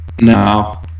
Now